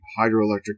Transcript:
hydroelectric